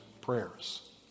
prayers